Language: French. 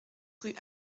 rue